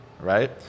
right